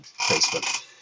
Facebook